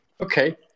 Okay